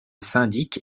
syndic